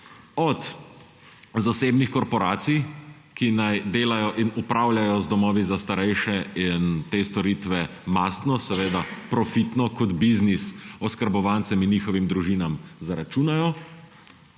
od zasebnih korporacij, ki naj delajo in upravljajo z domovi za starejše in te storitve mastno – seveda profitno, kot biznis – oskrbovancem in njihovim družinam zaračunajo,